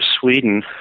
Sweden